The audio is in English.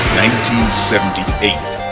1978